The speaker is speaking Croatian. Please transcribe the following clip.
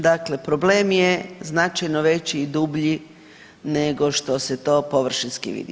Dakle, problem je značajno veći i dublji nego što se to površinski vidi.